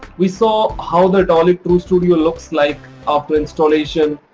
we saw how the atollic trustudio looks like after installation.